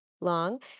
long